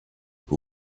who